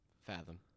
fathom